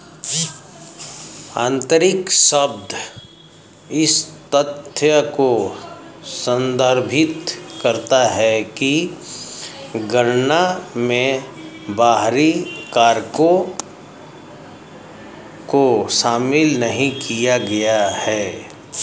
आंतरिक शब्द इस तथ्य को संदर्भित करता है कि गणना में बाहरी कारकों को शामिल नहीं किया गया है